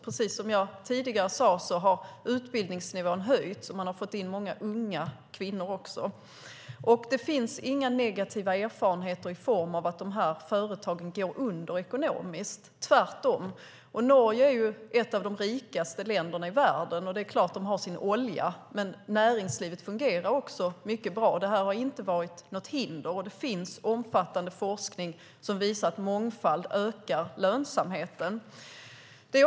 Precis som jag tidigare sade har utbildningsnivån höjts, och man har också fått in många unga kvinnor. Det finns inga negativa erfarenheter i form av att de här företagen går under ekonomiskt - tvärtom. Norge är ett av de rikaste länderna i världen. De har sin olja, men näringslivet fungerar också mycket bra. Det här har inte varit något hinder, och det finns omfattande forskning som visar att mångfald ökar lönsamheten.